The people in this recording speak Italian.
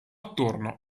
attorno